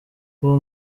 uwo